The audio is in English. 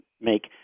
make